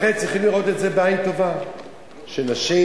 לכן צריך לראות בעין טובה את זה שנשים,